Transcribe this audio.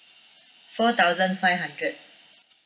four thousand five hundred